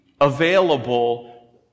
available